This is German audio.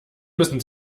müssen